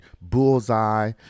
bullseye